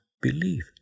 believe